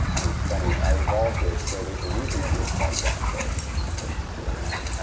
and it's funny. i evolved it so there's a reason it looks like that, but it looks cool now.